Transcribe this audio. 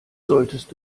solltest